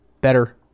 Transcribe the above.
better